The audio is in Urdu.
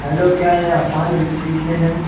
ہیلو کیا یہ عفان الیکٹریشین ہیں